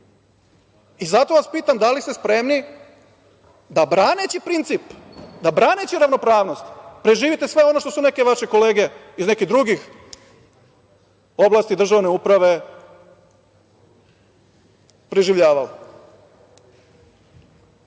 Zato vas pitam - da li ste spremni da braneći princip, da braneći ravnopravnost preživite sve ono što su neke vaše kolege iz nekih drugih oblasti državne uprave preživljavali? Mi